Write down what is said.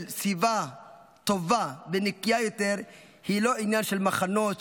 סביבה טובה ונקייה יותר היא לא עניין של מחנות,